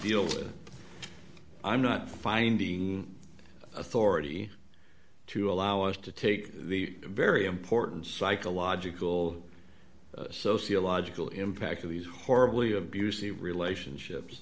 deal i'm not finding authority to allow us to take the very important psychological sociological impact of these horribly abusive relationships